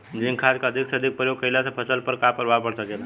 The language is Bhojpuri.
जिंक खाद क अधिक से अधिक प्रयोग कइला से फसल पर का प्रभाव पड़ सकेला?